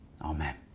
Amen